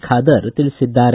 ಖಾದರ್ ತಿಳಿಸಿದ್ದಾರೆ